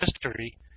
history